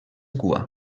cua